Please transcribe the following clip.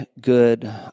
good